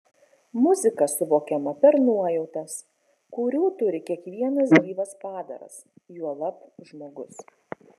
muzika suvokiama per nuojautas kurių turi kiekvienas gyvas padaras juolab žmogus